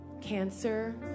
cancer